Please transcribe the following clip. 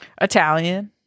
Italian